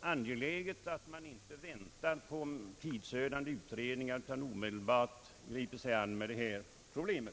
angeläget att man inte väntar på tidsödande utredningar utan omedelbart griper sig an med problemen.